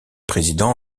président